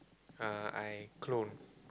uh I clone